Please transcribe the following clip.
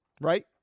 Right